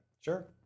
Sure